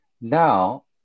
Now